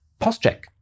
postcheck